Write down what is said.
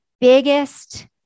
biggest